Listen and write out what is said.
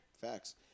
facts